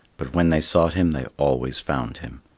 but when they sought him they always found him.